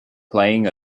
playing